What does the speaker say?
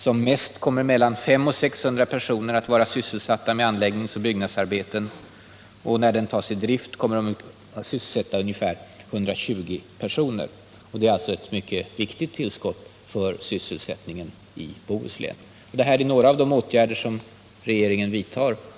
Som mest kommer mellan 500 och 600 personer att vara sysselsatta med anläggningsoch byggnadsarbeten, och när man börjar driften kommer 120 personer att sysselsättas. Det är alltså ett mycket viktigt tillskott för sysselsättningen i Bohuslän. Det här är några av de åtgärder som regeringen vidtar.